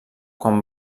quan